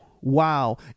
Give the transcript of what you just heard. wow